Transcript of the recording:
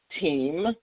team